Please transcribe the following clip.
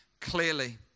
clearly